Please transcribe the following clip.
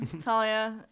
Talia